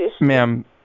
Ma'am –